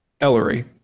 Ellery